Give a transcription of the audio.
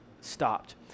stopped